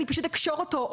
פשוט אקשור אותו.